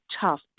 tough